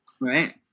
Right